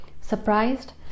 surprised